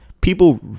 people